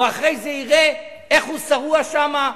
והוא אחרי זה יראה איך הוא שרוע שם,